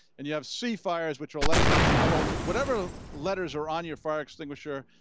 and you have c fires, which are electrical. so whatever letters are on your fire extinguisher,